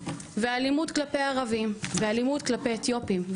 ואלימות כלפי ערבים ואלימות כלפי אתיופים,